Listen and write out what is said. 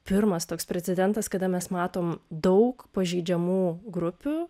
pirmas toks precedentas kada mes matom daug pažeidžiamų grupių